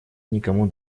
никому